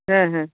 ᱦᱮᱸ ᱦᱮᱸ